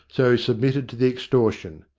so he submitted to the extortion.